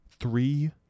Three